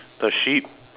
the sheep